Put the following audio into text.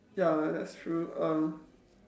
ya that's true um